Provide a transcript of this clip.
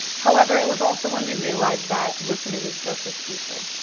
however, it was also when we realized that listening is just as crucial.